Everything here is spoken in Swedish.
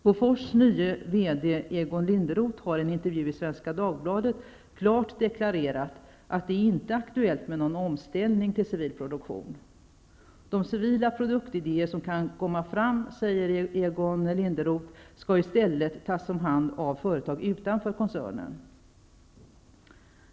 Bofors nye VD Egon Linderoth har i en intervju i Svenska Dagbladet klart deklarerat att det inte är aktuellt med någon omställning till civil produktion. De civila produktidéer som kan komma fram skall i stället tas om hand av företag utanför koncernen.